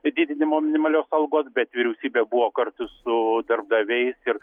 didinimo minimalios algos bet vyriausybė buvo kartu su darbdaviais ir